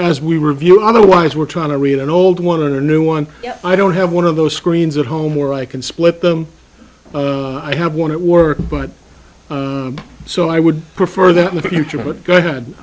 as we review otherwise we're trying to read an old one of the new one i don't have one of those screens at home or i can split the i have one at work but so i would prefer that in the future